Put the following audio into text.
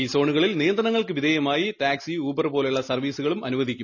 ഈ സോണുകളിൽ നിയന്ത്രണങ്ങൾക്കു വിധേയമായി ടാക്സി യൂബർ പോലുള്ള സർവീസുകൾ അനുവദിക്കും